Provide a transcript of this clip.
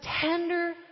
tender